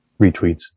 retweets